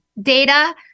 data